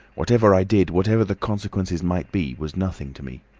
whatever i did, whatever the consequences might be, was nothing to me.